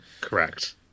correct